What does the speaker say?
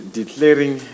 declaring